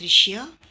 दृश्य